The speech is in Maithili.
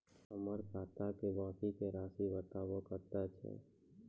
हमर खाता के बाँकी के रासि बताबो कतेय छै?